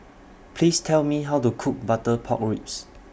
Please Tell Me How to Cook Butter Pork Ribs